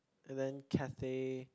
and then Cathay